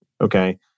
okay